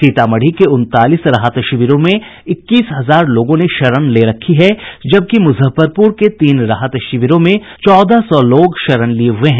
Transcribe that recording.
सीतामढ़ी के उनतालीस राहत शिविरों में इक्कीस हजार लोगों ने शरण ले रखी है जबकि मुजफ्फरपुर के तीन राहत शिविरों में चौदह सौ लोग शरण लिये हुये हैं